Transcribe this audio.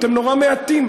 אתם נורא מעטים,